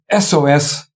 SOS